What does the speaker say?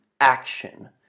Action